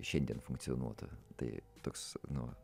šiandien funkcionuotų tai toks nu